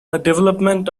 development